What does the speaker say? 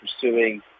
pursuing